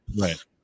Right